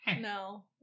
no